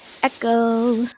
Echo